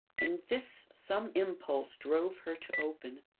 and this some impulse drove her to open.